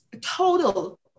total